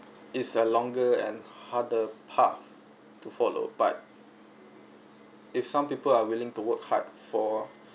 is a longer and harder path to follow but if some people are willing to work hard for